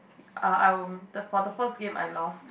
uh I um for the first game I lost